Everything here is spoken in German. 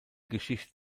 geschichte